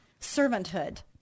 servanthood